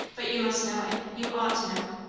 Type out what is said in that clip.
but you must know it. you ought to know.